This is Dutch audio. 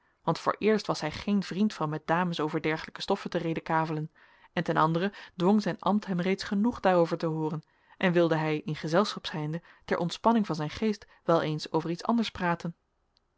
want vooreerst was hij geen vriend van met dames over dergelijke stoffen te redekavelen en ten andere dwong zijn ambt hem reeds genoeg daarover te hooren en wilde hij in gezelschap zijnde ter ontspanning van zijn geest wel eens over iets anders praten